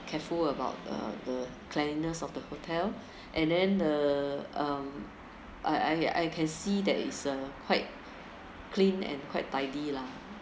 careful about uh the cleanliness of the hotel and then the um I I I can see that it's uh quite clean and quite tidy lah